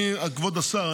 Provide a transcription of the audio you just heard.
כבוד השר,